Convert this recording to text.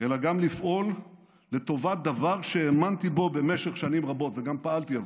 אלא גם לפעול לטובת דבר שהאמנתי בו במשך שנים רבות וגם פעלתי עבורו,